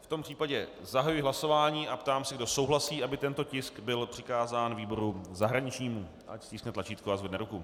V tom případě zahajuji hlasování a ptám se, kdo souhlasí, aby tento tisk byl přikázán výboru zahraničnímu, ať stiskne tlačítko a zvedne ruku.